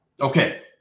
Okay